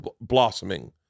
blossoming